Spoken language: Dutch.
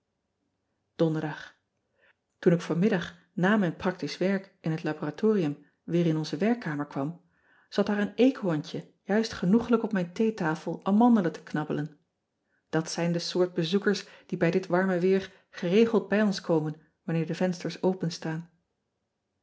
onderdag oen ik vanmiddag na mijn practisch werk in het laboratorium weer in onze werkkamer kwam zat daar ean ebster adertje angbeen een eekhoorntje juist genoegelijk op mijn theetafel amandelen te knabbelen at zijn de soort bezoekers die bij dit warme weer geregeld bij ons komen wanner de vensters open